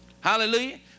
Hallelujah